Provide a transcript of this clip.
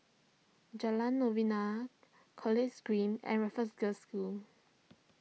Jalan Novena College Green and Raffles Girls' School